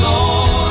Lord